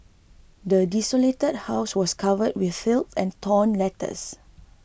the desolated house was covered in filth and torn letters